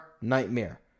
nightmare